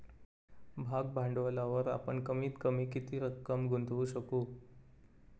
भाग भांडवलावर आपण कमीत कमी किती रक्कम गुंतवू शकू?